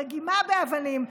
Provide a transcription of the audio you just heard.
רגימה באבנים,